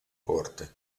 corte